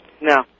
No